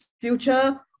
future